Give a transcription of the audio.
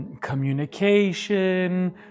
Communication